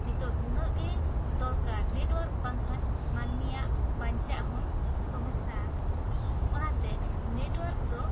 ᱱᱤᱛᱚᱜ ᱱᱩᱱᱟᱹᱜ ᱜᱮ ᱫᱚᱨᱠᱟᱨ ᱱᱮᱴᱣᱟᱹᱨᱠ ᱵᱟᱝ ᱠᱷᱟᱱ ᱢᱟᱹᱱᱢᱤᱭᱟᱜ ᱵᱟᱧᱪᱟᱜ ᱦᱚᱸ ᱥᱚᱢᱟᱥᱭᱟ ᱟᱠᱟᱱᱟ ᱚᱱᱟᱛᱮ ᱱᱮᱴᱣᱟᱹᱨᱠ ᱫᱚ